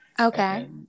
Okay